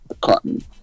cotton